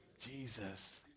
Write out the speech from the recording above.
Jesus